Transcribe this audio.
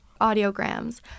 audiograms